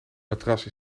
matras